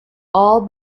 all